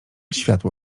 światło